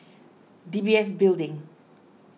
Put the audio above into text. D B S Building